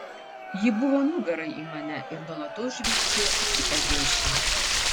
ji buvo nugara į mane ir nuolatos žvilgčiojo į kitą geišą